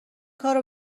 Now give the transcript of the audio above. کارو